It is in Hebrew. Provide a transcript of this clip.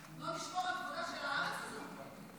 רעה, לא נשמור על כבודה של הארץ הזאת?